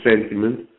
sentiment